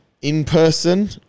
in-person